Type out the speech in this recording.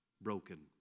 broken